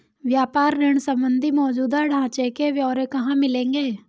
व्यापार ऋण संबंधी मौजूदा ढांचे के ब्यौरे कहाँ मिलेंगे?